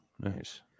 nice